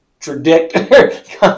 contradict